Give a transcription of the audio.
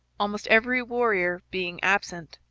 almost every warrior being absent.